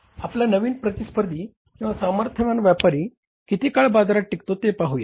आपला नवीन प्रतिस्पर्धी किंवा सामर्थ्यवान व्यापारी किती काळ बाजारात टिकतो ते पाहूया